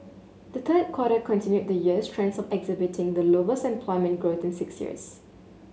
the third quarter continued the year's trend of exhibiting the lowest employment growth in six years